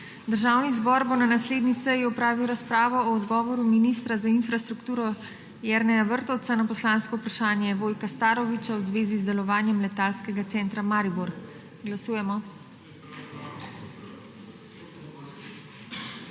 Državni zbor bo na naslednji seji opravil razpravo o odgovoru ministra za infrastrukturo Jerneja Vrtovca na poslansko vprašanje Vojka Starovića v zvezi z delovanjem Letalskega centra Maribor. Glasujemo.